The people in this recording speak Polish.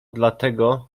dlatego